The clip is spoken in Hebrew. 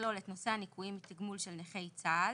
יכלול את נושא הניכויים מהתגמול של נכי צה"ל,